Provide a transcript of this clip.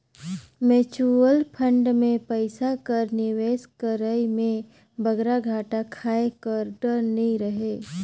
mutual fund में पइसा कर निवेस करई में बगरा घाटा खाए कर डर नी रहें